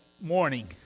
morning